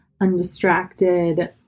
undistracted